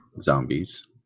zombies